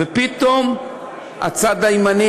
ופתאום הצד הימני